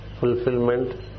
fulfillment